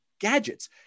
gadgets